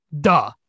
Duh